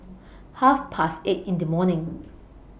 Half Past eight in The morning